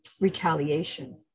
retaliation